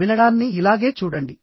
వినడాన్ని ఇలాగే చూడండి